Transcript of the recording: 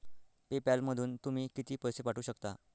पे पॅलमधून तुम्ही किती पैसे पाठवू शकता?